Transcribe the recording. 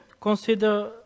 consider